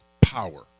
power